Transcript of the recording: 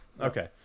Okay